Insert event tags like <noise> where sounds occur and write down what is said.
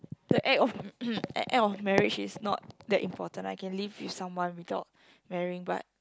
the act of <coughs> act of marriage is not that important I can live with someone without marrying but